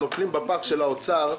נופלים בפח של משרד האוצר,